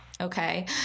Okay